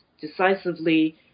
decisively